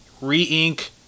re-ink